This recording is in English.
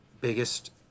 biggest